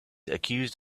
accused